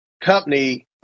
company